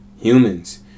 humans